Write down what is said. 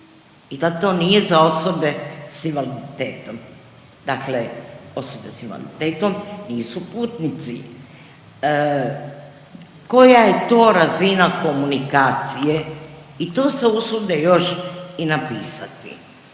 da to nije za osobe s invaliditetom. Dakle, osobe s invaliditetom nisu putnici. Koja je to razina komunikacije i to se usude još i napisati.